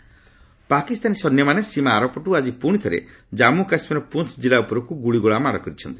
LOC firing Pakistani ସେନ୍ୟମାନେ ସୀମା ଆରପଟୁ ଆଜି ପୁଣିଥରେ ଜାମ୍ପୁ କାଶ୍ମୀରର ପୁଞ୍ ଜିଲ୍ଲା ଉପରକୁ ଗୁଳିଗୋଳା ମାଡ଼ କରିଛନ୍ତି